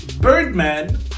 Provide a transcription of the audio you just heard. Birdman